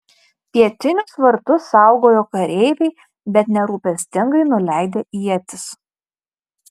pietinius vartus saugojo kareiviai bet nerūpestingai nuleidę ietis